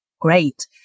great